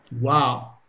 Wow